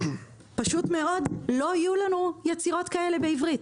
פשוט מאוד לא יהיו לנו יצירות כאלה בעברית.